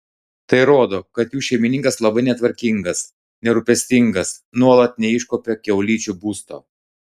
tai rodo kad jų šeimininkas labai netvarkingas nerūpestingas nuolat neiškuopia kiaulyčių būsto